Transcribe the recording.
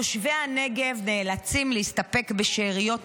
תושבי הנגב נאלצים להסתפק בשאריות תקציב.